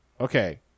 okay